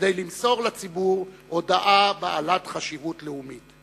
כדי למסור לציבור הודעה בעלת חשיבות לאומית.